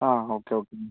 okay okay